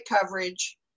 coverage